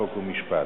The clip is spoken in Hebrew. חוק ומשפט.